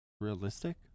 Realistic